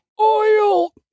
Oil